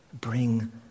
bring